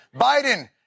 Biden